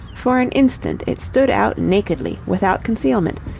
for an instant it stood out nakedly without concealment,